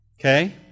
Okay